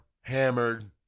hammered